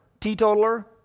Teetotaler